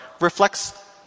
reflects